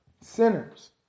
sinners